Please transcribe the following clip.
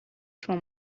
from